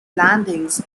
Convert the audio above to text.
landings